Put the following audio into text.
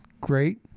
Great